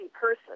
person